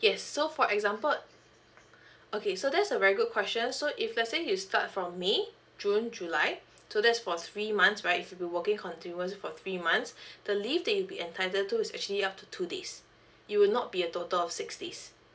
yes so for example okay so that's a very good question so if let's say you start from may june july so that's for three months right if you've been working continuous for three months the leave that you'll be entitled to is actually up to two days it will not be a total of six days